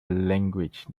language